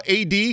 AD